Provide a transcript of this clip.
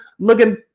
Looking